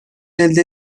elde